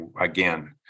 again